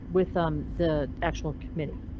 with um the actual committee.